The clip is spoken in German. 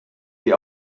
die